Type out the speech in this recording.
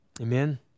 Amen